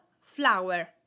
flower